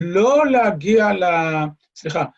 לא להגיע ל... סליחה.